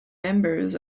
members